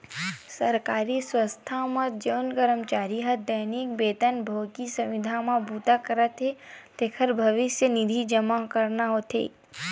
सरकारी संस्था म जउन करमचारी ह दैनिक बेतन भोगी, संविदा म बूता करथे तेखर भविस्य निधि जमा करना होथे